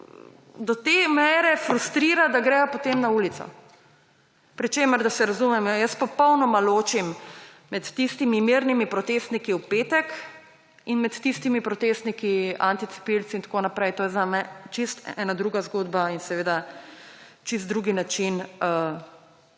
do te mere frustrira, da gredo potem na ulico, pri čemer, da se razumemo, jaz popolnoma ločim med tistimi mirnimi protestniki v petek in med tistimi protestniki anticepilci in tako naprej, to je zame čisto ena druga zgodba in čisto drug način